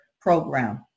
program